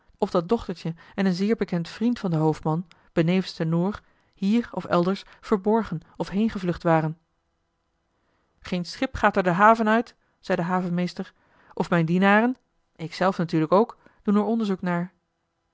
of dat dochtertje en een zeer bekend vriend van den hoofdman benevens de noor hier of elders verborgen of heengevlucht waren geen schip gaat er de haven uit zei de havenmeester of mijn dienaren ik zelf natuurlijk ook doen er onderzoek naar